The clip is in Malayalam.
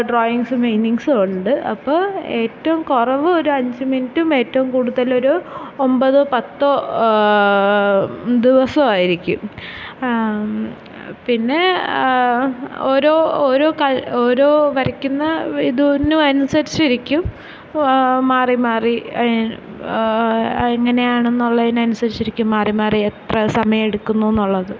ഡ്രോയിങ്സ് പെയിൻറ്റിങ്ഗ്സുമുണ്ട് അപ്പോൾ ഏറ്റവും കുറവ് ഒരു അഞ്ച് മിനിറ്റും ഏറ്റവും കൂടുതൽ ഒരു ഒൻപത് പത്ത് ദിവസമായിരിക്കും പിന്നെ ഓരോ ഓരോ ക ഓരോ വരയ്ക്കുന്ന ഇതിനുമനുസരിച്ചിരിക്കും മാറി മാറി അത് എങ്ങനെയാണെന്നുള്ളതിന് അനുസരിച്ചിരിക്കും മാറി മാറി എത്ര സമയം എടുക്കുന്നൂന്നുള്ളത്